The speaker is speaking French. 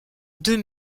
deux